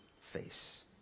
face